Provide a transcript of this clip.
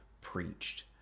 preached